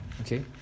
Okay